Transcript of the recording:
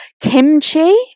kimchi